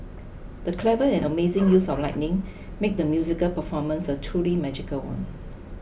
the clever and amazing use of lighting made the musical performance a truly magical one